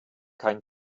kein